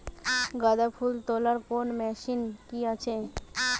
গাঁদাফুল তোলার কোন মেশিন কি আছে?